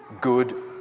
good